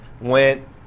went